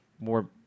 more